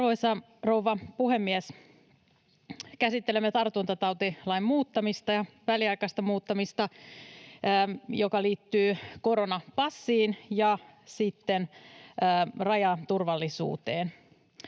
Arvoisa rouva puhemies! Käsittelemme tartuntatautilain muuttamista ja väliaikaista muuttamista, jotka liittyvät koronapassiin ja sitten rajaturvallisuuteen.